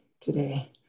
today